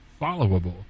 followable